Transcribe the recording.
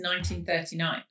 1939